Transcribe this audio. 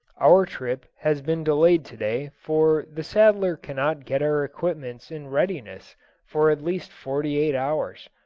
our trip has been delayed to-day, for the saddler cannot get our equipments in readiness for at least forty-eight hours.